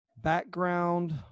background